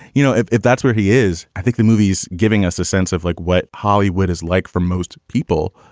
you know, if if that's where he is, i think the movie's giving us a sense of like what hollywood is like for most people,